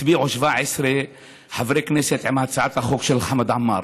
הצביעו 17 חברי כנסת על הצעת החוק של חמד עמאר.